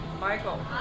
Michael